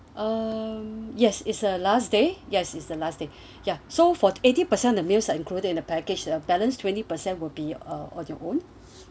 um yes is a last day yes is the last day ya so for eighty percent of the meals are included in the package a balanced twenty percent will be uh on your own